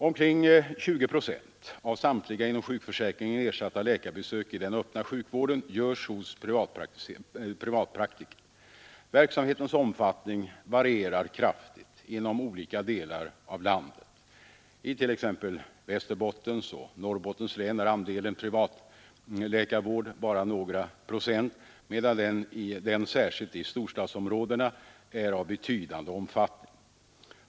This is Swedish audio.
Omkring 20 procent av samtliga inom sjukförsäkringen ersatta läkarbesök i den öppna sjukvården görs hos privatpraktiker. Verksam hetens omfattning varierar kraftigt inom olika delar av landet. I t.ex. Nr 90 Västerbottens och Norrbottens län är andelen privatläkarvård bara några procent, medan den särskilt i storstadsområdena är av betydande omfattning.